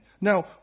Now